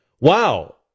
Wow